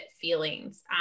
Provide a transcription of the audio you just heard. feelings